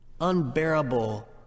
Unbearable